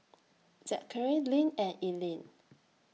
Zackary Linn and Eileen